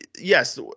yes